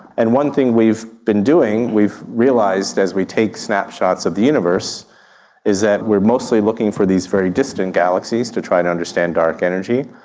and one thing we've been doing, we've realised as we take snapshots of the universe is that we are mostly looking for these very distant galaxies to try and understand dark energy,